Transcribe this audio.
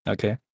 Okay